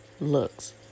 looks